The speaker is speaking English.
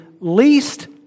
least